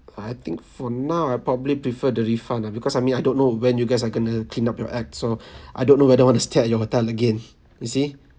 I think for now I probably prefer the refund lah because I mean I don't know when you guys are going to clean up your act so I don't know whether I want to stay at your hotel again you see